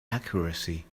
accuracy